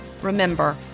remember